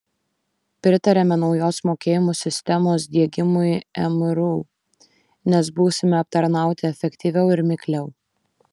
pritariame naujos mokėjimų sistemos diegimui mru nes būsime aptarnauti efektyviau ir mikliau